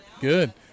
Good